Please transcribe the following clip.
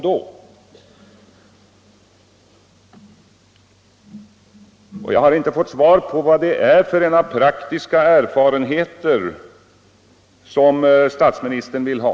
Inte heller har jag fått svar på vad det är för praktiska erfarenheter som statsministern vill ha.